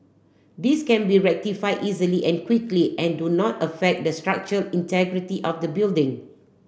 these can be rectified easily and quickly and do not affect the structure integrity of the building